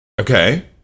okay